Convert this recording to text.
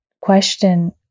question